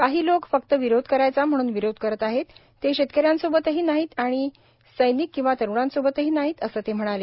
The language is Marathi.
काही लोक फक्त विरोध करायचा म्हणून विरोध करत आहेत ते शेतकऱ्यांसोबतही नाहीत आणि सैनिक किंवा तरुणांसोबतही नाहीत असं ते म्हणाले